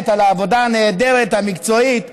על העבודה הנהדרת והמקצועית,